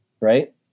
right